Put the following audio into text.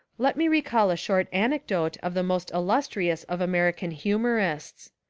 let me recall a short anecdote of the most illustrious of american humourists.